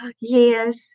Yes